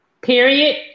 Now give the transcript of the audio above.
period